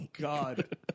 God